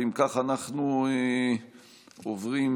אנחנו עוברים,